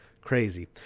Crazy